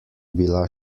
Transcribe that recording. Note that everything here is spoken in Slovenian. bila